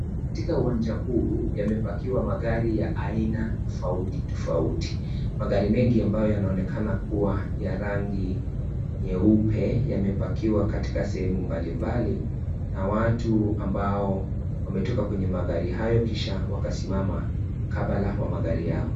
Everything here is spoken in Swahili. Katika uwanja huu yamepakiwa magari ya aina tofauti tofauti magari mengi ambayo yanaonekana kuwa ya rangi nyeupe yamepakiwa katika sehemu mbali mbali na watu ambao wametoka kwenye magari hayo kisha wakisimama mkabala wa magari yao.